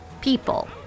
people